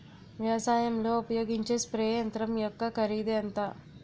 వ్యవసాయం లో ఉపయోగించే స్ప్రే యంత్రం యెక్క కరిదు ఎంత?